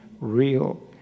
real